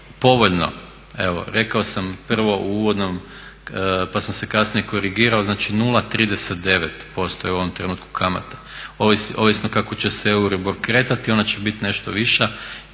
Evo rekao sam prvo u uvodnom pa sam se kasnije korigirao, znači 0,39% je u ovom trenutku kamata ovisno kako će se EURIBOR kretati, ona će biti nešto viša